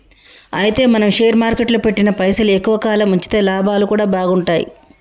అయితే మనం షేర్ మార్కెట్లో పెట్టిన పైసలు ఎక్కువ కాలం ఉంచితే లాభాలు కూడా బాగుంటాయి